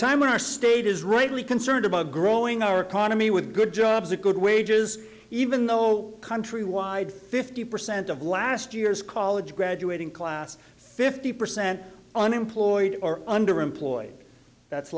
time when our state is rightly concerned about growing our economy with good jobs a good wages even though countrywide fifty percent of last year's college graduating class fifty percent unemployed or underemployed that's